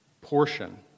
Portion